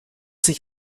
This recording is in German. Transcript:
sich